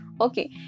Okay